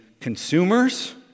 consumers